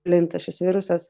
plinta šis virusas